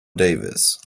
davis